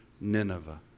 Nineveh